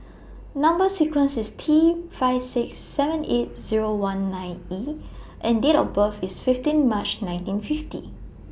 Number sequence IS T five six seven eight Zero one nine E and Date of birth IS fifteen March nineteen fifty